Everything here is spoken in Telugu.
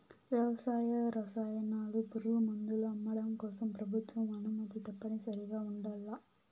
వ్యవసాయ రసాయనాలు, పురుగుమందులు అమ్మడం కోసం ప్రభుత్వ అనుమతి తప్పనిసరిగా ఉండల్ల